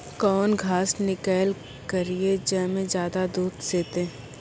कौन घास किनैल करिए ज मे ज्यादा दूध सेते?